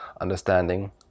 understanding